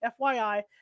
FYI